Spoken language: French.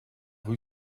rue